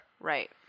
Right